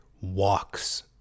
walks